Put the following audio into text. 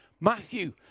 Matthew